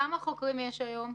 כמה חוקרים יש היום?